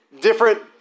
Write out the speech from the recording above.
different